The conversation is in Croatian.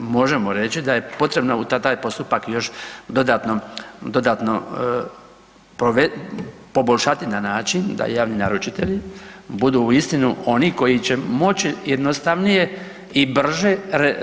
Možemo reći da je potrebno da taj postupak još dodatno poboljšati na način da javni naručitelji budu uistinu oni koji će moći jednostavnije i brže